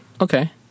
Okay